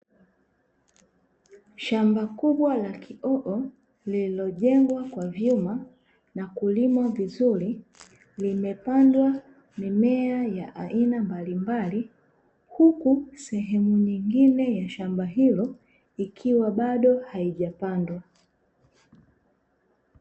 Shamba kubwa la kioo lililojengwa kwa vyuma na kulimwa vizuri, limepandwa mimea ya aina mbalimbali; huku sehemu nyingine ya shamba hilo ikiwa bado haijapandwa.